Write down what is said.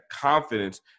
confidence